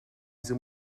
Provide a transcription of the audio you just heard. diese